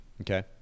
okay